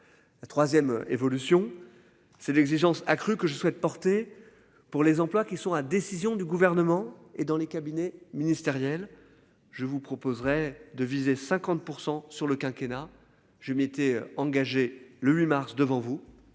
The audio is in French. La 3ème évolution c'est exigence accrue que je souhaite porter pour les emplois qui sont à décision du gouvernement et dans les cabinets ministériels. Je vous proposerai de viser 50% sur le quinquennat. Je m'étais engagé le 8 mars devant vous.